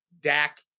Dak